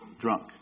drunk